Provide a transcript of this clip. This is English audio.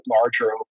larger